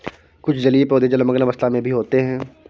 कुछ जलीय पौधे जलमग्न अवस्था में भी होते हैं